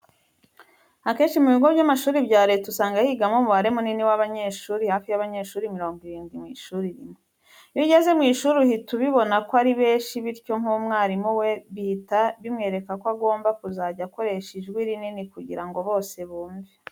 Akenshi mu bigo by'amashuri bya leta usanga higamo umubare munini w'abanyeshuri, hafi y'abanyeshuri mirongo irindwi mu ishuri rimwe. Iyo ugeze mu ishuri uhita ubibona ko ari benshi bityo nk'umwarimu we bihita bimwereka ko agomba kuzajya akoresha ijwi rinini kugira ngo bose bumve.